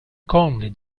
calmly